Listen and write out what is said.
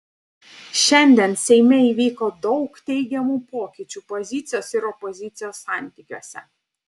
šiandien seime įvyko daug teigiamų pokyčių pozicijos ir opozicijos santykiuose